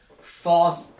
false